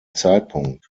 zeitpunkt